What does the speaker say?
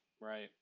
right